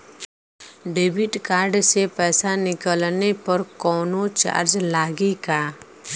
Debit card से पैसा निकलले पर कौनो चार्ज लागि का?